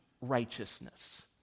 righteousness